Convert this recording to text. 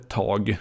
tag